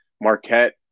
Marquette